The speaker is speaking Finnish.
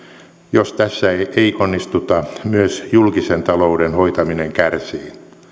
jos tässä ei onnistuta myös julkisen talouden hoitaminen kärsii